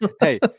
Hey